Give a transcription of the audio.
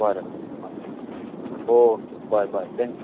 बरे हां okay bye bye thank you